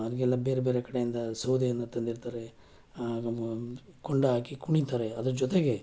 ಅವ್ರಿಗೆಲ್ಲ ಬೇರೆ ಬೇರೆ ಕಡೆಯಿಂದ ಸೌದೆಯನ್ನು ತಂದಿರ್ತಾರೆ ಕೊಂಡ ಹಾಕಿ ಕುಣಿತಾರೆ ಅದರ ಜೊತೆಗೆ